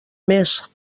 més